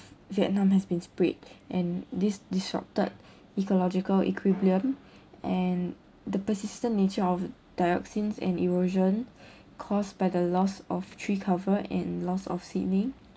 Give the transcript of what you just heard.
vietnam has been sprayed and this disrupted ecological equilibrium and the persistent nature of dioxins and erosion caused by the loss of tree cover and loss of seedling